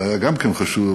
גם זה היה חשוב,